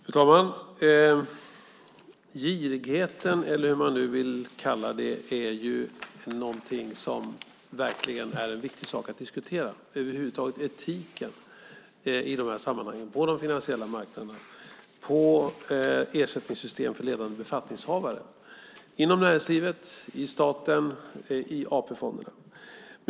Fru talman! Girigheten eller hur man vill kalla det är ju någonting som verkligen är en viktig sak att diskutera. Det gäller etiken över huvud taget i de här sammanhangen, på de finansiella marknaderna, för ersättningssystem för ledande befattningshavare inom näringslivet, i staten och i AP-fonderna.